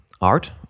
art